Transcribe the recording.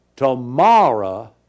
Tomorrow